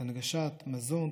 להנגשת מזון,